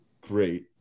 great